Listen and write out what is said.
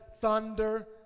thunder